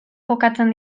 jokatzen